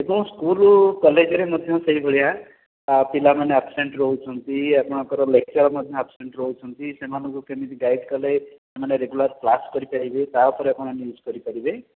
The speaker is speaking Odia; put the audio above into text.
ଏବଂ ସ୍କୁଲ କଲେଜରେ ମଧ୍ୟ ସେହିଭଳିଆ ପିଲାମାନେ ଆପସେଣ୍ଟ ରହୁଛନ୍ତି ଆପଣଙ୍କର ଲେକଚର୍ ମଧ୍ୟ ଆପସେଣ୍ଟ ରହୁଛନ୍ତି ସେମାନଙ୍କୁ କେମିତି ଗାଇଡ଼ କଲେ ସେମାନେ ରେଗୁଲାର କ୍ଲାସ କରିପାରିବେ ତା'ଉପରେ ଆପଣ ନ୍ୟୁଜ୍ କରିପାରିବେ